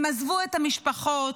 והם עזבו את המשפחות,